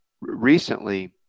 recently